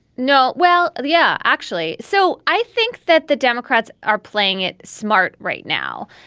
no well yeah actually. so i think that the democrats are playing it smart right now.